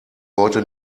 heute